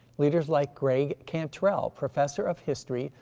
leaders like gregg cantrell, professor of history,